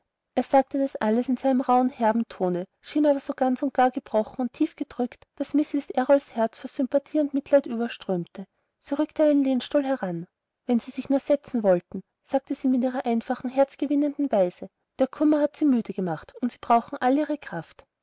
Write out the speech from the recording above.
er sagte das alles in seinem rauhen herben tone schien aber so ganz und gar gebrochen und tief gedrückt daß mrs errols herz von sympathie und mitleid überströmte sie rückte einen lehnstuhl heran wenn sie sich nur setzen wollten sagte sie in ihrer einfachen herzgewinnenden weise der kummer hat sie müde gemacht und sie brauchen jetzt all ihre kraft